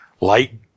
light